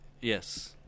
Yes